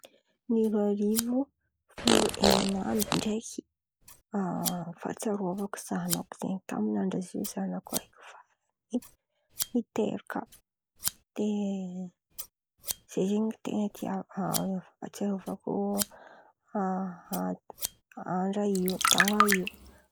Roa arivo folo enina amby ndraiky fatsiarôvako zanako zen̈y tamy andra ziô zanako araiky vavy teraka. De zay zen̈y ten̈a tiava- atsiarôvako andra io, taon̈o io.